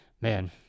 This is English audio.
man